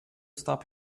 stop